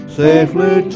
safely